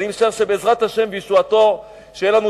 ואני משער שבעזרת השם וישועתו יהיו לנו